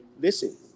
Listen